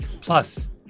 Plus